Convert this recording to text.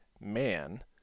man